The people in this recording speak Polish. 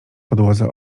podłodze